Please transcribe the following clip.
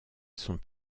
sont